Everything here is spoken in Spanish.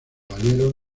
valieron